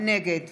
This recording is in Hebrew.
נגד